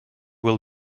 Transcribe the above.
will